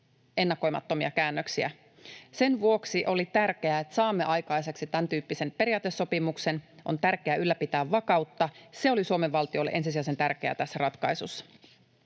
ennakoimattomia käännöksiä. Sen vuoksi oli tärkeää, että saimme aikaiseksi tämäntyyppisen periaatesopimuksen. On tärkeää ylläpitää vakautta. Se oli Suomen valtiolle ensisijaisen tärkeää tässä ratkaisussa.